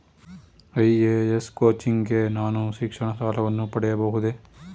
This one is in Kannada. ಐ.ಎ.ಎಸ್ ಕೋಚಿಂಗ್ ಗೆ ನಾನು ಶಿಕ್ಷಣ ಸಾಲವನ್ನು ಪಡೆಯಬಹುದೇ?